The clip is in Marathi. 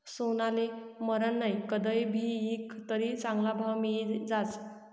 सोनाले मरन नही, कदय भी ईकं तरी चांगला भाव मियी जास